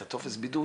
עם הטופס בידוד